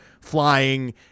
flying